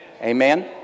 Amen